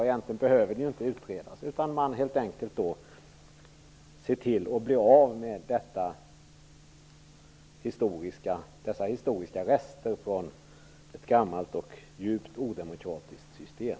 Egentligen behöver ju inte frågan utredas, utan det skulle räcka med att man ser till att bli av med dessa historiska rester från ett gammalt och djupt odemokratiskt system.